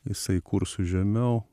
jisai kursu žemiau